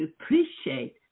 appreciate